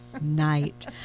night